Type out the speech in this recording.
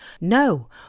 No